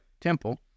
temple